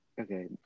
Okay